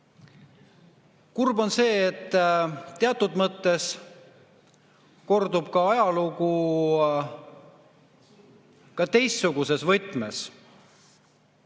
Kurb on see, et teatud mõttes kordub ajalugu ka teistsuguses võtmes.